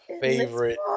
favorite